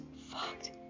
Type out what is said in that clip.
fucked